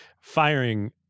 firing